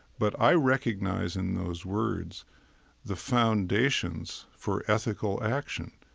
but i recognize in those words the foundations for ethical action,